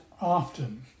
often